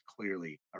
clearly